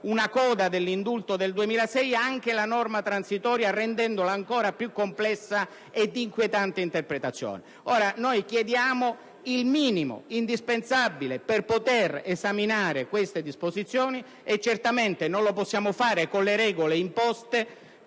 una coda dell'indulto del 2006, anche la norma transitoria, endendola ancora più complessa e di inquietante interpretazione. Ora, noi chiediamo il minimo indispensabile per poter esaminare tali disposizioni, e certamente non possiamo farlo con le regole imposte